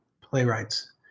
playwrights